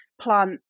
plant